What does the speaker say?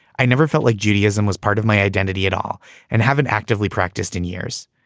i never felt like judaism was part of my identity at all and haven't actively practiced in years.